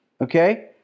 okay